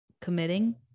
committing